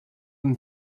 than